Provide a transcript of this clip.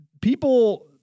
people